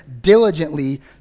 diligently